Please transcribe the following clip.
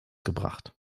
gebracht